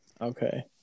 Okay